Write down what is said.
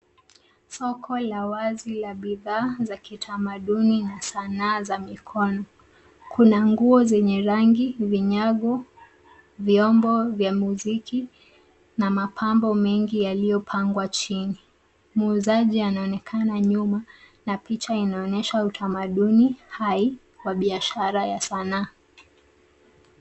Soko la wazi la bidhaa za kitamaduni na sanaa za mikono. Kuna nguo zenye rangi, vinyago, vyombo vya muziki na mapambo mengi yaliyopangwa chini. Muuzaji anaonekana nyuma na picha inaonyesha utamaduni hai wa biashara ya sanaa.